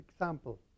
example